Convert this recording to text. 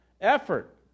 effort